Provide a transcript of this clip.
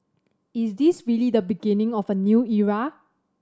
is this really the beginning of a new era